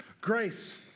Grace